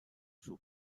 sus